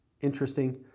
interesting